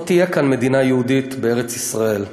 לא תהיה מדינה יהודית כאן בארץ-ישראל.